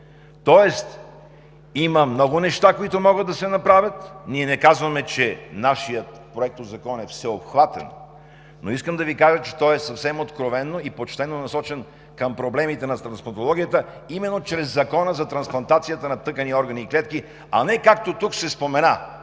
успешно. Има много неща, които могат да се направят. Ние не казваме, че нашият проектозакон е всеобхватен, но искам да Ви кажа, че той е съвсем откровено и почтено насочен към проблемите на трансплантологията именно чрез Закона за трансплантация на органи, тъкани и клетки, а не както тук се спомена